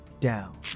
down